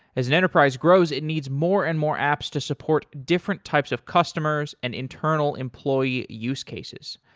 as an enterprise grows, it needs more and more apps to support different types of customers and internal employee use cases.